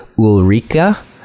Ulrika